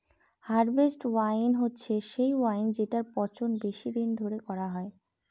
harvest wine হচ্ছে সে wine যেটার পচন বেশি দিন ধরে করা হয়